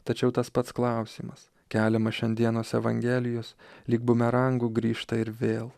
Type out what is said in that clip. tačiau tas pats klausimas keliamas šiandienos evangelijos lyg bumerangu grįžta ir vėl